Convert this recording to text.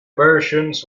versions